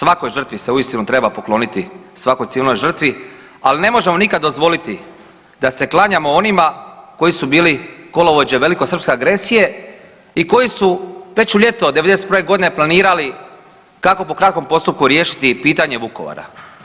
Svakoj žrtvi se uistinu treba pokloniti, svakoj civilnoj žrtvi, ali ne možemo nikad dozvoliti da se klanjamo onima koji su bili kolovođe velikosrpske agresije i koji su već u ljeto 91. godine planirali kako po kratkom postupku riješiti pitanje Vukovara.